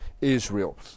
Israel